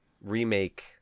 remake